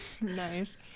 nice